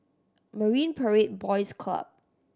Marine Parade Boys Club